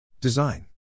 Design